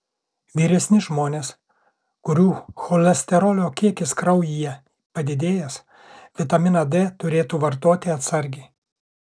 vyresni žmonės kurių cholesterolio kiekis kraujyje padidėjęs vitaminą d turėtų vartoti atsargiai